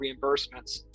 reimbursements